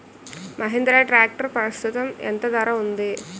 Mahindra tractor ప్రస్తుతం ఎంత ధర ఉంది?